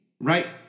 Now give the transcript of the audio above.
right